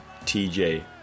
TJ